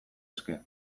eske